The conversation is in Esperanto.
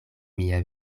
mia